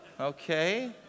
Okay